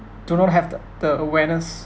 do not have the the awareness